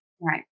Right